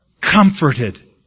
Comforted